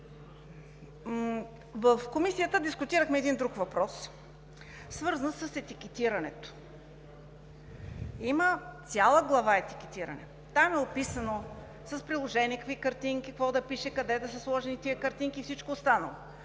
В Комисията дискутирахме един друг въпрос, свързан с етикетирането. Има цяла глава „Етикетиране“. Там е описано с приложение – какви картинки, какво да пише, къде да са сложени тези картинки, и всичко останало.